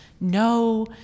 no